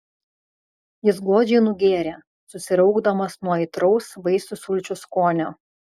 jis godžiai nugėrė susiraukdamas nuo aitraus vaisių sulčių skonio